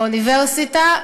באוניברסיטה,